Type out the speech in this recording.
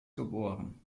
geboren